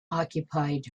occupied